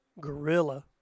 gorilla